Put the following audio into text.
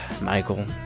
Michael